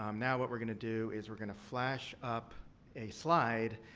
um now, what we're going to do is we're going to flash up a slide.